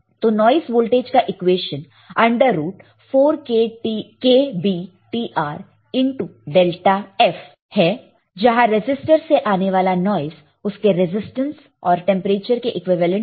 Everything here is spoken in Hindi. तो नॉइस वोल्टेज का equation under root 4 k B T R into delta F है जहां रेसिस्टर से आने वाला नॉइस उसके रेजिस्टेंस और टेंपरेचर के इक्विवेलेंट है